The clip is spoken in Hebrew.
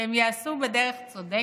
שהן ייעשו בדרך צודקת,